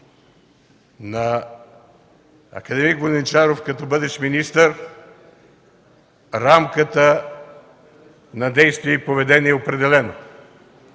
На акад. Воденичаров, като бъдещ министър, рамката на действие и поведение е определена.